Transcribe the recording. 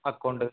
account